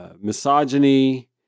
misogyny